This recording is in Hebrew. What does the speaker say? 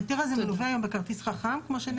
ההיתר הזה מלווה בכרטיס חכם של